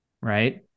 right